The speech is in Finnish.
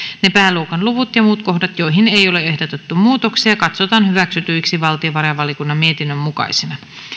ne pääluokan luvut ja muut kohdat joihin ei ole ehdotettu muutoksia katsotaan hyväksytyiksi valtiovarainvaliokunnan mietinnön mukaisina